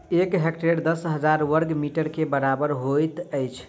एक हेक्टेयर दस हजार बर्ग मीटर के बराबर होइत अछि